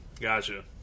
gotcha